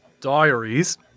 diaries